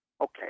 Okay